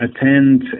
attend